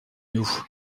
nous